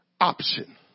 option